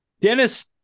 Dennis